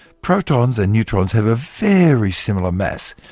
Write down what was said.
protons and neutrons have a very similar mass,